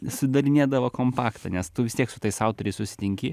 sudarinėdavo kompaktą nes tu vis tiek su tais autoriais susitinki